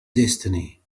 destiny